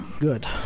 Good